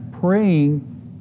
praying